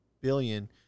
billion